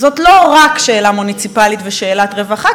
זאת לא רק שאלה מוניציפלית ושאלת רווחה,